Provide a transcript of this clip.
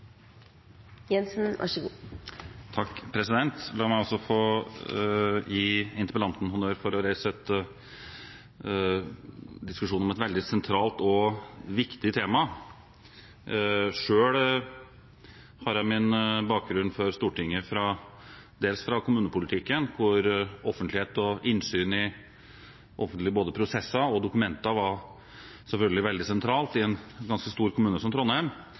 La meg også få gi interpellanten honnør for å reise en diskusjon om et veldig sentralt og viktig tema. Selv har jeg min bakgrunn før Stortinget dels fra kommunepolitikken, der offentlighet og innsyn i både offentlige prosesser og dokumenter selvfølgelig var veldig sentralt i en ganske stor kommune som Trondheim.